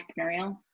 entrepreneurial